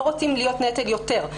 לא רוצים להיות נטל יותר,